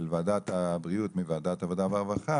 לביטוח הלאומי יש חלק אדיר וזה לא הלך בקלות,